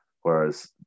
whereas